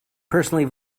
personally